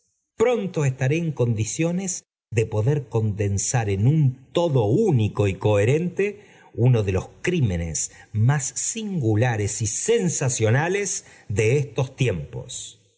pronto estaré en rendiciones de poder condensar en un todo único y coherente uno dedos crímenes m singulares y sensacionales de estos tiempos